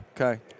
Okay